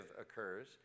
occurs